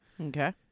Okay